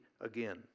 again